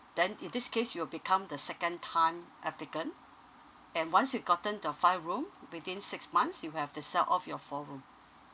then it this case you will become the second time applicant and once you gotten the five room within six months you have to sell off your four room